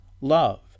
love